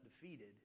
defeated